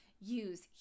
use